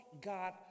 God